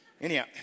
anyhow